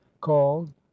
called